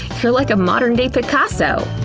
you're like a modern day picasso!